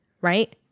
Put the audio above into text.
right